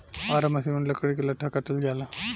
आरा मसिन में लकड़ी के लट्ठा काटल जाला